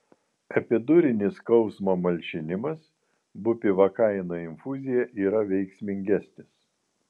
epidurinis skausmo malšinimas bupivakaino infuzija yra veiksmingesnis